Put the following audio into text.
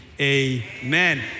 amen